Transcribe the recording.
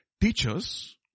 Teachers